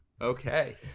Okay